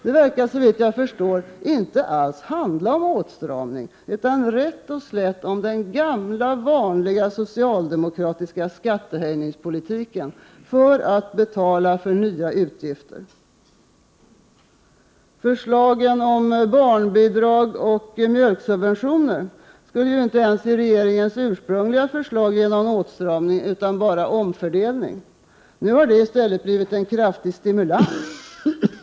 Det verkar, såvitt jag kan förstå, inte alls handla om åtstramning utan rätt och slätt om den gamla vanliga socialdemokratiska skattehöjningspolitiken för att betala för nya utgifter. Förslagen om barnbidrag och mjölksubventioner skulle inte ens i regeringens ursprungliga förslag ge någon åtstramning utan bara omfördelning. Nu blir det i stället en kraftig stimulans.